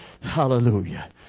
Hallelujah